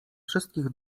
wszystkich